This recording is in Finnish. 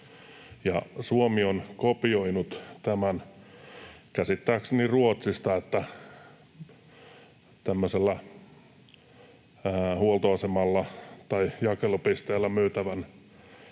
Suomi on kopioinut sen käsittääkseni Ruotsista, että tämmöisellä huoltoasemalla tai jakelupisteellä myytävän